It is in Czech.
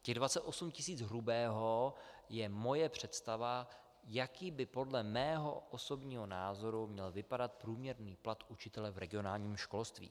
Těch 28 tis. hrubého je moje představa, jaký by podle mého osobního názoru měl být průměrný plat učitele v regionálním školství.